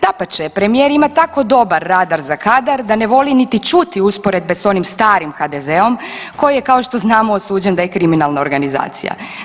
Dapače, premijer ima tako dobar radar za kadar da ne voli niti čuti usporedbe sa starim HDZ-om koji je kao što znamo, osuđen da je kriminalna organizacija.